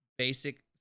basic